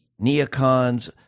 neocons